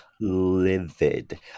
livid